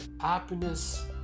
Happiness